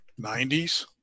90s